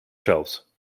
shelves